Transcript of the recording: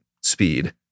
speed